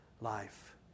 life